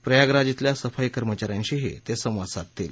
प्रयागराज धिल्या सफाई कर्मचाऱ्यांशी ते संवादही साधतील